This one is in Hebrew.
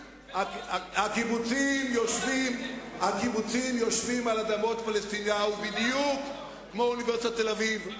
הקיבוצים יושבים על אדמות פלסטיניות בדיוק כמו אוניברסיטת תל-אביב.